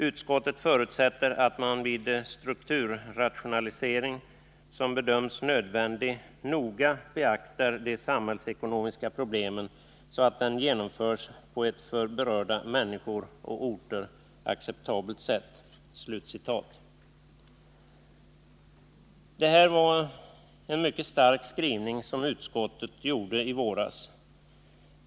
Utskottet förutsätter att man vid den strukturrationalisering som bedöms nödvändig noga beaktar de samhällsekonomiska problemen så att den genomförs på ett för berörda människor och orter acceptabelt sätt.” Det här var en mycket stark skrivning som utskottet gjorde i våras.